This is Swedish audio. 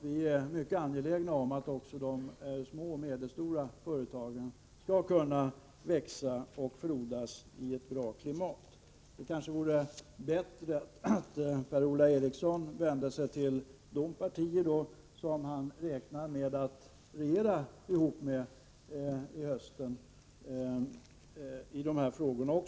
Vi är mycket angelägna om att också de små och medelstora företagen skall kunna växa och frodas i ett bra klimat. Det kanske vore bättre om Per-Ola Eriksson i de här frågorna vände sig till de partier som han räknar med att regera ihop med till hösten.